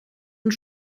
und